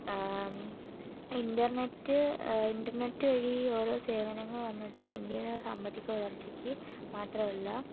internet internet വഴി ഓരോ സേവനങ്ങൾ വന്നത് ഇന്ത്യയുടെ സാമ്പത്തിക വളർച്ചക്ക് മാത്രമല്ല